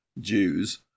Jews